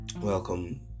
welcome